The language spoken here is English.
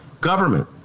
government